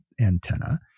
antenna